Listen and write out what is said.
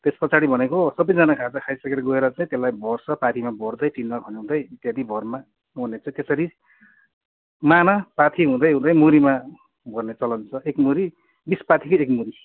त्यस पछाडि भनेको सबैजाना खाजा खाइसकेर गएर चाहिँ त्यसलाई भर्छ पाथीमा भर्दै टिनमा खनाउँदै इत्यादि भोरमा मोर्ने चाहिँ त्यसरी माना पाथी हुँदै हुँदै मुरीमा भर्ने चलन छ एक मुरी बिस पाथी एक मुरी